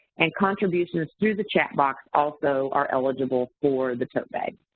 and contributions through the chat box also are eligible for the tote bag.